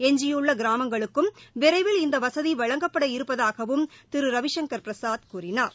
எஞ்சியுள்ள கிராமங்களுக்கும் விரைவில் இந்த வசதி வழங்கப்பட இருப்பதாகவும் திரு ரவிசங்கள் பிரசாத் கூறினார்